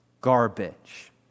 garbage